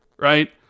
Right